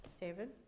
David